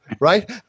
right